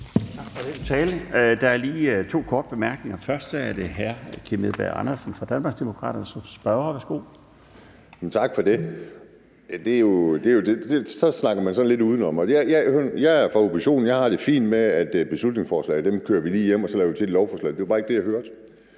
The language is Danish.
er to, der har ønsket korte bemærkninger. Først er det hr. Kim Edberg Andersen fra Danmarksdemokraterne. Værsgo. Kl. 16:47 Kim Edberg Andersen (DD): Tak for det. Først snakkede man sådan lidt udenom; jeg er fra oppositionen, og jeg har det fint med, at beslutningsforslag kører man lige hjem, og så laver man det til et lovforslag. Det er bare ikke det, jeg hørte.